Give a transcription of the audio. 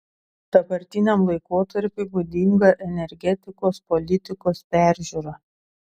dabartiniam laikotarpiui būdinga energetikos politikos peržiūra